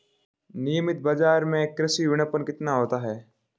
नियमित बाज़ार में कृषि विपणन कितना होता है?